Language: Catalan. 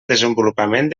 desenvolupament